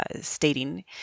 stating